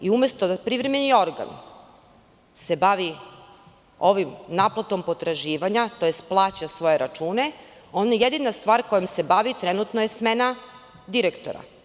I umesto da se privremeni organ bavi naplatom potraživanja, tj. plaća svoje račune, jedina stvar kojom se on bavi je smena direktora.